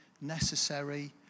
necessary